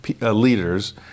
leaders